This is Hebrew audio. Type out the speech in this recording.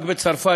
רק בצרפת,